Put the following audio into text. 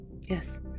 Yes